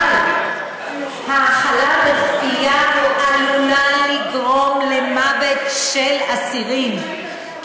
אבל האכלה בכפייה עלולה לגרום למוות של אסירים,